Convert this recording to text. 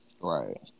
Right